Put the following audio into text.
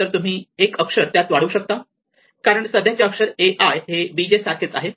तर तुम्ही एक अक्षर त्यात वाढवू शकता कारण सध्याचे अक्षर a i हे b j सारखेच आहे